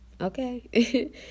Okay